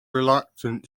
reluctant